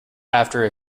after